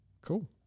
Cool